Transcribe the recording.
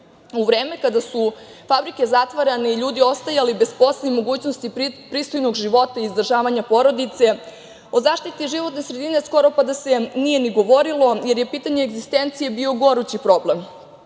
vreme kada su fabrike zatvarane i ljudi ostajali bez posla i mogućnosti pristojnog života i izdržavanja porodice, o zaštiti životne sredine skoro pa da se nije ni govorilo, jer je pitanje egzistencije bio gorući problem,